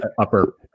upper